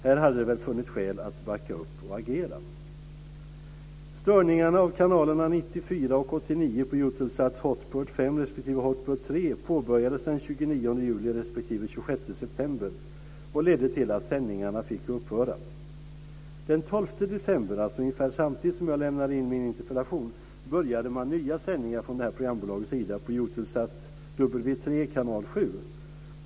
Här hade det väl funnits skäl att backa upp och agera. Den 12 december, alltså ungefär samtidigt som jag lämnade in min interpellation, började man nya sändningar från det här programbolagets sida på Eutelsat, W 3, kanal 7.